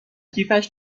کیفش